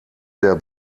der